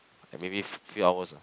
like maybe few few hours ah